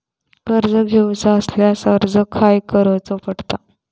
कर्ज घेऊचा असल्यास अर्ज खाय करूचो पडता?